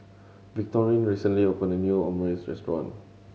Victorine recently opened a new Omurice Restaurant